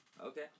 Okay